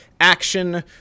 action